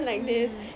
hmm